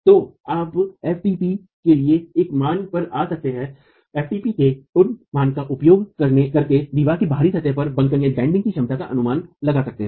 तो आप ftp के लिए एक मान पर आ सकते हैं ftp के उस मान का उपयोग करके दीवार के बाहरी सतह पर बंकन की क्षमता का अनुमान लगा सकते हैं